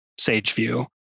Sageview